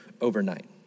overnight